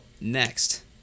next